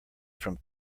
from